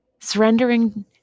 Surrendering